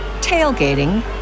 tailgating